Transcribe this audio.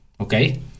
Okay